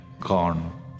gone